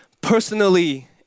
personally